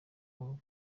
banga